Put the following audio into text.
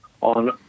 on